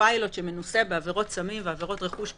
פיילוט שמנוסה בעבירות סמים ועבירות רכוש קלות.